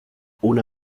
una